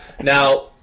Now